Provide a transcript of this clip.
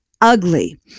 ugly